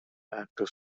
actors